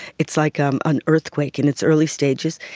it's like um an earthquake in its early stages.